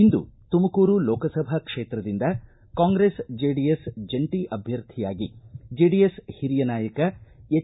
ಇಂದು ತುಮಕೂರು ಲೋಕಸಭಾ ಕ್ಷೇತ್ರದಿಂದ ಕಾಂಗ್ರೆಸ್ ಜೆಡಿಎಸ್ ಜಂಟ ಅಭ್ಯರ್ಥಿಯಾಗಿ ಜೆಡಿಎಸ್ ಹಿರಿಯ ನಾಯಕ ಎಚ್